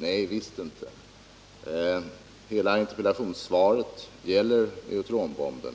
Nej, visst inte. Hela interpellationssvaret gäller neutronbomben.